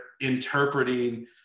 interpreting